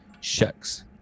Shucks